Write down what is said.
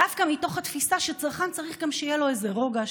דווקא מתוך התפיסה שצרכן צריך גם שיהיה לו איזה רוגע,